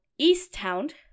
Easttown